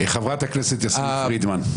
חברת הכנסת יסמין פרידמן.